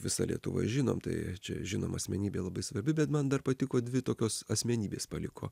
visa lietuva žinom tai čia žinoma asmenybė labai svarbi bet man dar patiko dvi tokios asmenybės paliko